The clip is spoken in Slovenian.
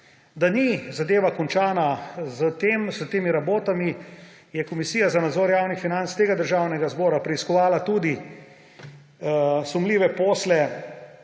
Da ni zadeva končana s tem, s temi rabotami, je Komisija za nadzor javnih financ tega državnega zbora preiskovala tudi sumljive posle